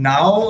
Now